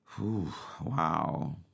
Wow